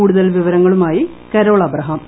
കൂടുതൽ വിവരങ്ങളുമായി കരോൾ അബ്രഹിട്ടും